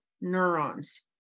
neurons